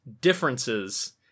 differences